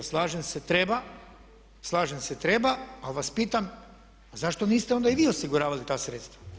Slažem se treba, slažem se treba ali vas pitam a zašto niste onda i vi osiguravali ta sredstva?